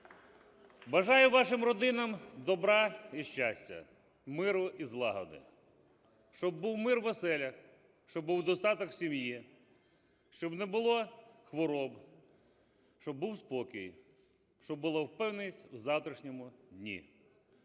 Бажаю вашим родинам добра і щастя, миру і злагоди. Щоб був мир в оселях, щоб був достаток в сім'ї, щоб не було хвороб, щоб був спокій, щоб була впевненість в завтрашньому дні.